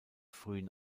frühen